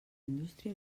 indústria